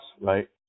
right